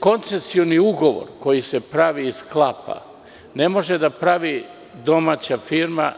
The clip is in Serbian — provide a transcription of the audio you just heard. Koncesioni ugovor, koji se pravi i sklapa, ne može da pravi domaća firma.